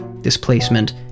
displacement